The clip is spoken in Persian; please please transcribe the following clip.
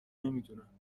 نمیدونند